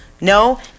no